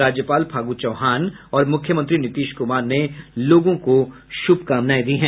राज्यपाल फागू चौहान और मुख्यमंत्री नीतीश कुमार ने लोगों को शुभकामनाएं दी हैं